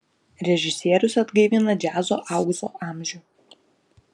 režisierius atgaivina džiazo aukso amžių